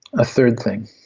a third thing,